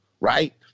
Right